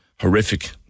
horrific